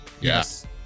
Yes